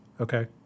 Okay